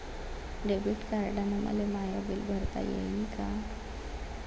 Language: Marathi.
डेबिट कार्डानं मले माय बिल भरता येईन का?